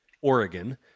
Oregon